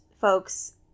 folks